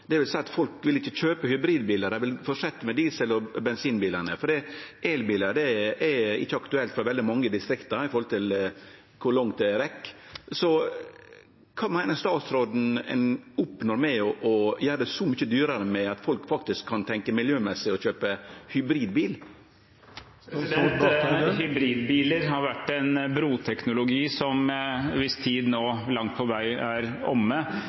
Det vil seie at folk ikkje vil kjøpe hybridbilar, dei vil fortsetje med diesel- og bensinbilane, for elbilar er ikkje aktuelt for veldig mange i distrikta, med tanke på kor langt dei rekk. Kva meiner statsråden ein oppnår med å gjere det så mykje dyrare for folk faktisk å tenkje på miljøet og kjøpe hybridbil? Hybridbiler har vært en broteknologi hvis tid nå langt på vei er omme.